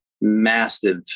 massive